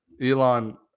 elon